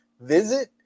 visit